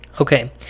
okay